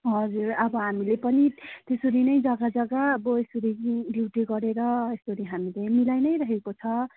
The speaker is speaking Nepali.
हजुर अब हामीले पनि त्यसरी नै जग्गा जग्गा अब यसरी ड्युटी गरेर यसरी हामीले मिलाई नै रहेको छ